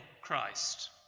Christ